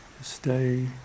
Stay